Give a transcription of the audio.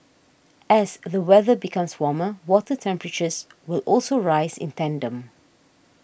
as the weather becomes warmer water temperatures will also rise in tandem